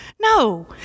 No